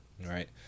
right